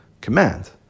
command